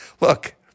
Look